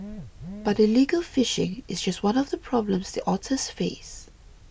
but illegal fishing is just one of the problems the otters face